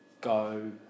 go